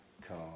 come